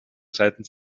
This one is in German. seitens